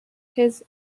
his